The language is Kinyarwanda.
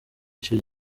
icyo